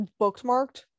bookmarked